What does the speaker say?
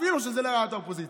אפילו שזה לרעת האופוזיציה.